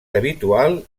habitual